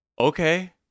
okay